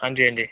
हाजी हांजी